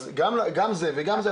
גם זה וגם זה,